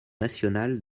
nationales